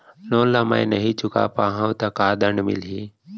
Loan ला मैं नही चुका पाहव त का दण्ड मिलही?